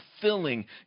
fulfilling